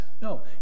No